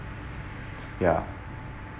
ya